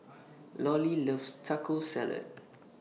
Lollie loves Taco Salad